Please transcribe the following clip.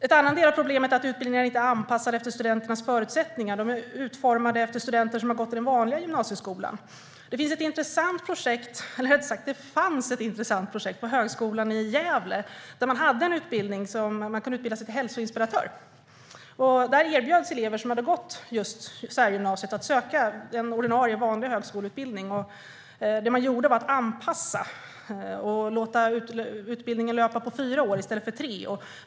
En annan del av problemet är att utbildningarna inte är anpassade efter studenternas förutsättningar. De är utformade efter studenter som har gått i den vanliga gymnasieskolan. Det finns ett intressant projekt - eller rättare sagt, det fanns ett intressant projekt - på Högskolan i Gävle, där man hade en utbildning till hälsoinspiratör. Där erbjöds elever som hade gått just särgymnasiet att söka en ordinarie, vanlig högskoleutbildning. Det man gjorde var att anpassa och låta utbildningen löpa på fyra år i stället för tre.